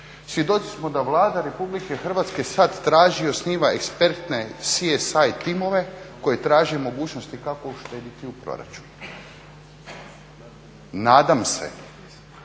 Svjedoci smo da Vlada RH sada traži i osniva ekspertne CSI timove koji traže mogućnosti kako uštediti u proračunu. Nadam se